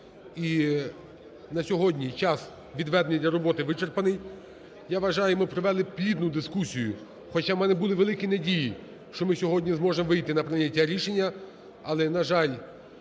І на сьогодні час, відведений для роботи, вичерпаний. Я вважаю, ми провели плідну дискусію, хоча в мене були великі надії, що ми сьогодні зможемо вийти на прийняття рішення, але, на жаль,